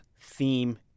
theme